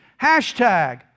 hashtag